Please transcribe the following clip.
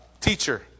teacher